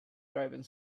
driving